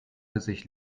sich